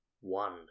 one